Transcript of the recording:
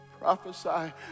prophesy